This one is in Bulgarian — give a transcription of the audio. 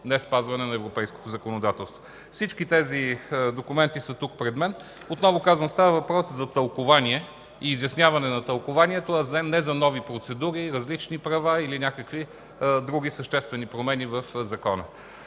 неспазване на европейското законодателство. Всички тези документи са тук пред мен. Отново казвам, става въпрос за тълкувание и изясняване на тълкуванието, а не за нови процедури, различни права или някакви други съществени промени в закона.